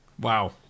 Wow